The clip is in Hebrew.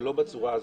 זה לא בצורה הזאת.